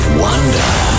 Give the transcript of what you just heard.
wonder